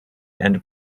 and